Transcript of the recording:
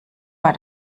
war